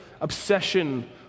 obsession